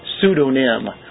Pseudonym